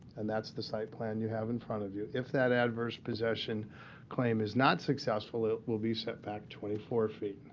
and that's the site plan you have in front of you. if that adverse possession claim is not successful, it will be set back twenty four feet.